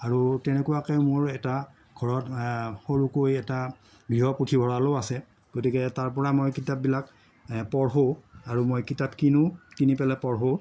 আৰু তেনেকুৱাকে মোৰ এটা ঘৰত সৰুকৈ এটা গৃহ পুথিভঁৰালো আছে গতিকে তাৰপৰা মই কিতাপবিলাক পঢ়োঁ আৰু মই কিতাপ কিনো কিনি পেলাই মই পঢ়োঁ